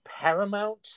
Paramount –